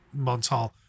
Montal